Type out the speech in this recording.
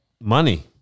money